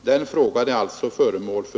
Den frågan är alltså föremål för